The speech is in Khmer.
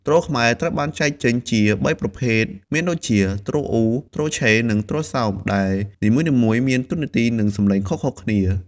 ទ្រខ្មែរត្រូវបានចែកចេញជា៣ប្រភេទមានដូចជា ទ្រអ៊ូ ទ្រឆេ និងទ្រសោដែលនីមួយៗមានតួនាទីនិងសំឡេងខុសៗគ្នា។